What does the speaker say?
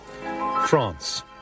France